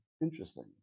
interesting